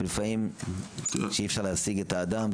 ולפעמים כשאי אפשר להשיג את האדם.